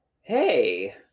hey